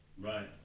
Right